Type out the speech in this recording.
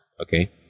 Okay